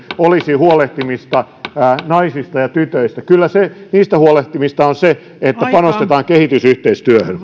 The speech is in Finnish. olisi huolehtimista naisista ja tytöistä kyllä niistä huolehtimista on se että panostetaan kehitysyhteistyöhön